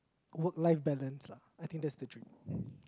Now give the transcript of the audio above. work life balance lah I think that's the dream